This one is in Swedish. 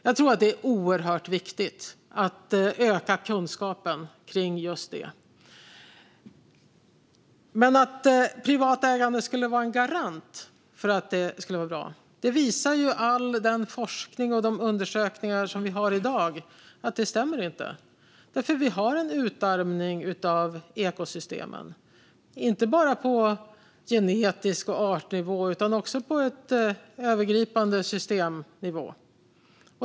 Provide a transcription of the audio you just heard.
Jag tror att det är oerhört viktigt att öka kunskapen kring just detta. När det gäller att privat ägande skulle vara en garant för att det blir bra visar all forskning och alla de undersökningar vi har i dag att det inte stämmer. Vi har nämligen en utarmning av ekosystemen, inte bara på genetisk nivå och på artnivå utan även på en övergripande systemnivå.